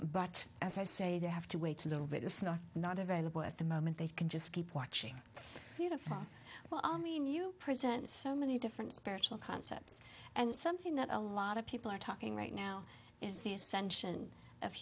but as i say they have to wait a little bit it's not not available at the moment they can just keep watching beautiful well i mean you present so many different spiritual concepts and something that a lot of people are talking right now is the ascension of